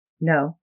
No